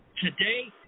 today